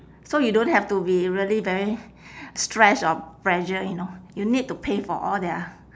so you don't have to be really very stressed or pressure you know you need to pay for all their